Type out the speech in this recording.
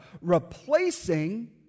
replacing